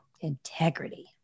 integrity